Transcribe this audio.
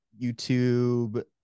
YouTube